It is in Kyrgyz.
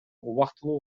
убактылуу